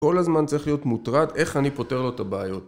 כל הזמן צריך להיות מוטרד איך אני פותר לו את הבעיות